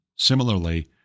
Similarly